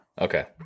Okay